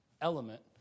element